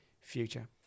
future